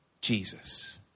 Jesus